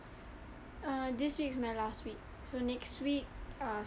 ah this week is my last week so next week ah